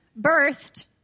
birthed